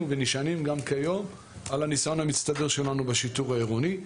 ונשענים גם כיום על הניסיון המצטבר שלנו בשיטור העירוני,